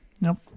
Nope